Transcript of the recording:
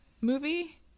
movie